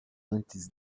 antes